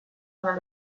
una